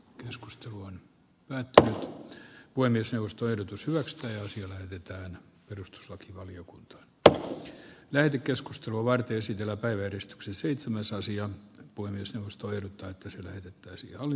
keskustelu on aito onni merkittävä asia ja siellä hävitään perustuslakivaliokunta tälle löydy keskustelua nykyisin hyvä päivä edes txeseitsemäsasian puimista näen hyvänä että asia oli